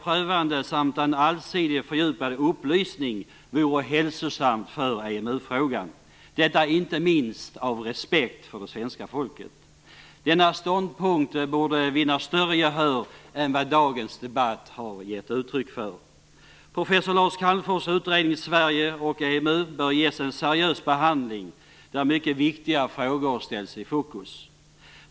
En avvaktande, prövande och allsidigt fördjupad upplysning vore hälsosam när det gäller EMU-frågan, inte minst av respekt för det svenska folket. Denna ståndpunkt borde vinna större gehör än vad dagens debatt har givit uttryck för. EMU bör ges en seriös behandling där mycket viktiga frågor ställs i fokus.